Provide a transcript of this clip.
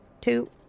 two